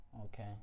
Okay